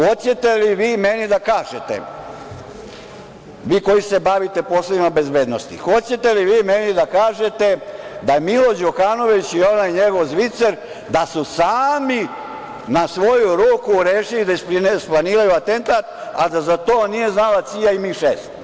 Hoćete li vi meni da kažete, vi koji se bavite poslovima bezbednosti, hoćete li vi meni da kažete da Milo Đukanović i onaj njegov Zvicer, da su sami, na svoju ruku, rešili da isplaniraju atentat a da za to nije znala CIA i M-6?